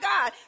God